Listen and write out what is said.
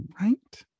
right